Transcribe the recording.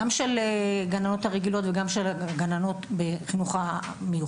גם מאלו של הגנים הרגילים וגם מאלו של הגנים בחינוך המיוחד.